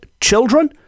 children